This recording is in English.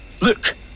Look